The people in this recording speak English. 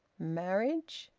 marriage.